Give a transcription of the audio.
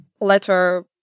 letter